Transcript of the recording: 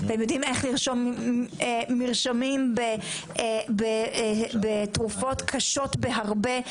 והם יודעים איך לרשום מרשמים בתרופות קשות בהרבה,